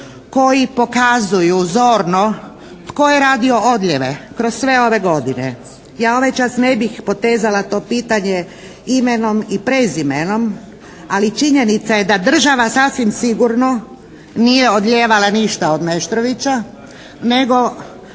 koji pokazuju zorno tko je radio odljeve kroz sve ove godine. Ja ovaj čas ne bih potezala to pitanje imenom i prezimenom, ali činjenica je da država sasvim sigurno nije odljevala ništa od Meštrovića, nego